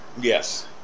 Yes